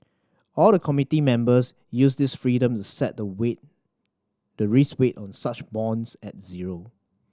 all the committee members use this freedom to set the weight the risk weight on such bonds at zero